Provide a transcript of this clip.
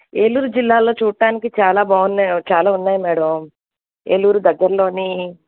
ఏలూరు జిల్లాలో చూడటానికి చాలా బావున్నాయి చాలా ఉన్నాయి మేడం ఏలూరు దగ్గరలోని